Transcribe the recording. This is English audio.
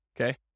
okay